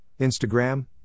Instagram